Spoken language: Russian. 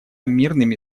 мирными